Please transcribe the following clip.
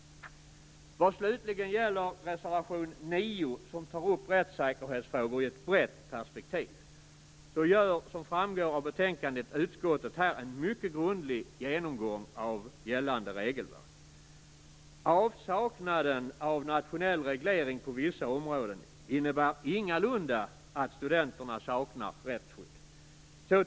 Vad slutligen gäller reservation 9 där rättssäkerhetsfrågor i ett brett perspektiv tas upp, gör utskottet som framgår av betänkandet en mycket grundlig genomgång av gällande regelverk. Avsaknaden av nationell reglering på vissa områden innebär ingalunda att studenterna saknar rättsskydd.